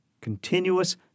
continuous